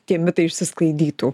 tie mitai išsisklaidytų